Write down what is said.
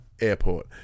Airport